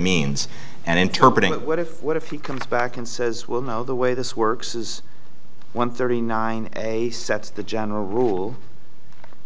means and interpret it what if what if he comes back and says well no the way this works is when thirty nine sets the general rule